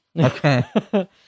Okay